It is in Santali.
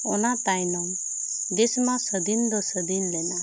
ᱚᱱᱟ ᱛᱟᱭᱱᱚᱢ ᱫᱮᱥ ᱢᱟ ᱥᱟᱹᱫᱷᱤᱱ ᱫᱚ ᱥᱟᱹᱫᱷᱤᱱ ᱞᱮᱱᱟ